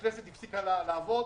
אז התוכנית הגיעה למיצוי.